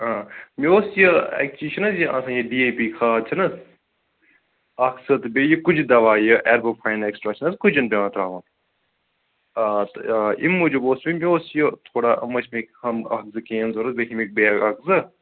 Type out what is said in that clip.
آ مےٚ اوس یہِ اکھ چیٖز چھِنہٕ حظ یہِ آسان یہِ بی اے پی کھاد چھِنہٕ حظ اکھ سُہ تہٕ بیٚیہِ یہِ کُجہِ دواہ یہِ عربو فاین ایٚکسٹرا چھِنہٕ حظ کُجن پیٚوان ترٛاوُن آ آ تہٕ آ اَمہِ موٗجوٗب اوس یہِ مےٚ اوس یہِ تھوڑا امہِ ٲس مےٚ کھارٕنۍ اکھ زٕ کیٚن ضروٗرت بیٚیہِ چھِ مےٚ بیگ اکھ ضروٗرت